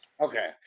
Okay